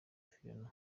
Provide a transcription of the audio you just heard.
fiona